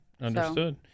understood